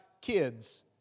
kids